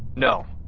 no.